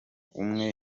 umwe